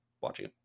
watching